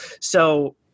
So-